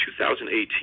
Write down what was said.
2018